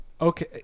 Okay